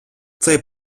цей